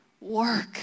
work